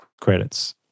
credits